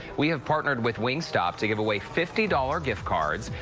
we have partnered with wing stop to give away fifty dollars gift cards.